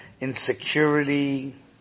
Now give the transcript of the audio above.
insecurity